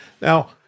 Now